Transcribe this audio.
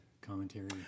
commentary